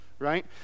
right